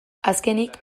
azkenik